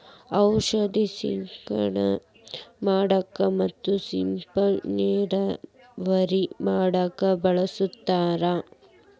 ಔಷದ ಸಿಂಡಣೆ ಮಾಡಾಕ ಮತ್ತ ಸ್ಪಿಂಕಲರ್ ನೇರಾವರಿ ಮಾಡಾಕ ಬಳಸ್ತಾರ